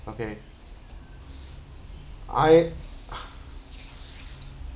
okay I